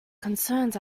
concerns